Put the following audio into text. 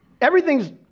everything's